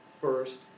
first